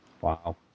Wow